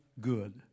good